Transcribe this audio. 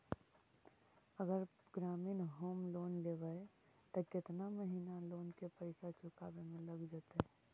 अगर ग्रामीण home loan लेबै त केतना महिना लोन के पैसा चुकावे में लग जैतै?